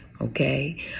Okay